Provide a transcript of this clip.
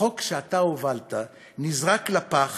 חוק שאתה הובלת נזרק לפח